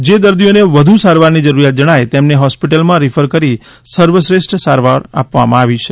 જે દર્દીઓને વધુ સારવારની જરૂરીયાત જણાય તેમને હોસ્પિટલમાં રીફર કરી સર્વશ્રેષ્ઠ સારવાર આપવામાં આવી છે